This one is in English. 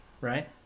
right